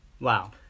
Wow